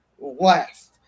last